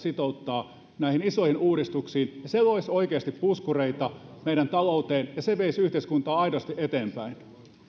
sitouttaa näihin isoihin uudistuksiin ja se loisi oikeasti puskureita meidän talouteen ja se veisi yhteiskuntaa aidosti eteenpäin